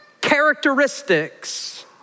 characteristics